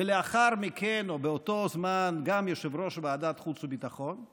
ולאחר מכן או באותו זמן גם יושב-ראש ועדת חוץ וביטחון,